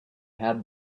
had